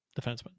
defenseman